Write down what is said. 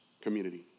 community